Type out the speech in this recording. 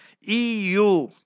EU